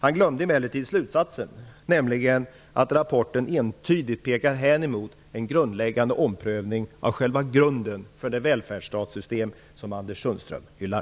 Han glömde slutsatsen, nämligen att rapporten entydigt pekar mot en grundläggande omprövning av själva grunden för det välfärdsstatssystem som Anders Sundström hyllar.